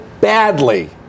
badly